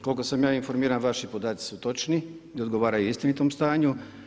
Koliko sam ja informiran, vaši podaci su točni i odgovaraju istinitom stanju.